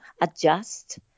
adjust